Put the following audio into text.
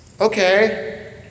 Okay